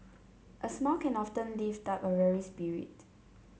a smile can often lift up a weary spirit